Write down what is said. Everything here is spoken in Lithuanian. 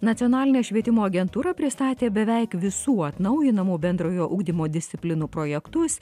nacionalinė švietimo agentūra pristatė beveik visų atnaujinamų bendrojo ugdymo disciplinų projektus